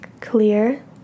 clear